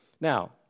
Now